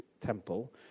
temple